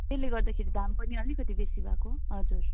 त्यसले गर्दाखेरि दाम पनि अलिकति बेसी भएको हजुर